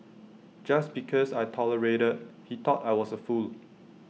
just because I tolerated he thought I was A fool